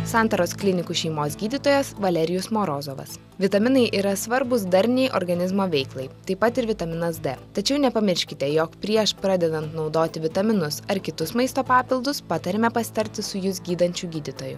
santaros klinikų šeimos gydytojas valerijus morozovas vitaminai yra svarbūs darniai organizmo veiklai taip pat ir vitaminas d tačiau nepamirškite jog prieš pradedant naudoti vitaminus ar kitus maisto papildus patariame pasitarti su jus gydančiu gydytoju